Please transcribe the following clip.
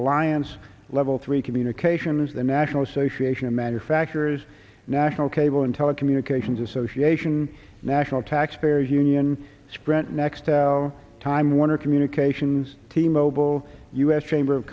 alliance level three communications the national association of manufacturers national cable and telecommunications association national taxpayers union sprint nextel time warner communications team mobile u s chamber of